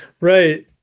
Right